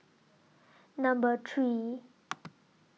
Number three